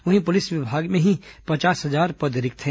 वहीं पुलिस विभाग में ही पचास हजार पद रिक्त हैं